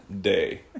day